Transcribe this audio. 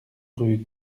rue